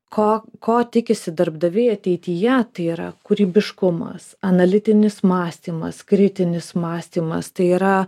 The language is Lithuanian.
ko ko tikisi darbdaviai ateityje tai yra kūrybiškumas analitinis mąstymas kritinis mąstymas tai yra